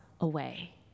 away